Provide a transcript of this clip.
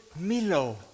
milo